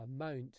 amount